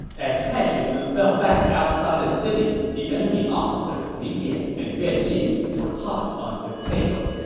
as taishi ci fell back outside the city, the enemy officers li dian and yue jin were hot on his tail.